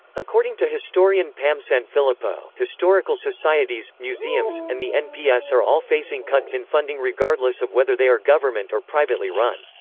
according to historian pam sanfilippo historical societies, museums, and the nps are all facing cuts in funding regardless of whether they are government or privately run